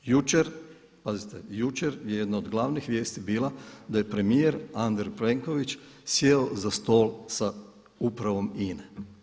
Jučer, pazite jučer je jedna od glavnih vijesti bila da je premijer Andrej Plenković sjeo za stol sa upravom INA-e.